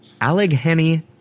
Allegheny